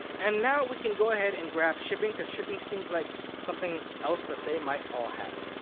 and now we can go ahead and grab shipping, because shipping seems like something else that they might all have.